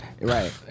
Right